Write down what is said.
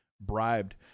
bribed